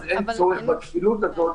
אז אין צורך בכפילות הזאת.